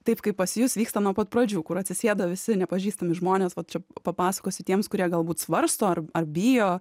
taip kaip pas jus vyksta nuo pat pradžių kur atsisėdo visi nepažįstami žmonės vat čia papasakosiu tiems kurie galbūt svarsto ar bijo